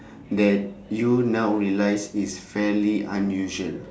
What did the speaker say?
that you now realise is fairly unusual